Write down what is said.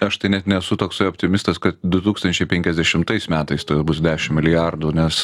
aš tai net nesu toksai optimistas kad du tūkstančiai penkiasdešimtais metais tada bus dešimt milijardų nes